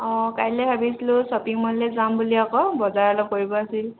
অঁ কাইলৈ ভাবিছিলো শ্বপিং ম'ললৈ যাম বুলি আক' বজাৰ অলপ কৰিব আছিল